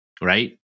right